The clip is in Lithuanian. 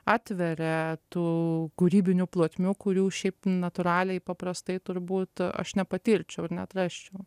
atveria tų kūrybinių plotmių kurių šiaip natūraliai paprastai turbūt aš nepatirčiau ir neatrasčiau